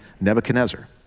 Nebuchadnezzar